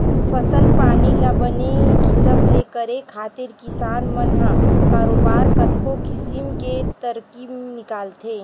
फसल पानी ल बने किसम ले करे खातिर किसान मन ह बरोबर कतको किसम के तरकीब निकालथे